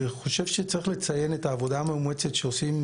אני חושב שצריך לציין את העבודה המאומצת שעושים,